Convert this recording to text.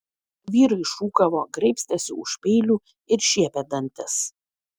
vyrai šūkavo graibstėsi už peilių ir šiepė dantis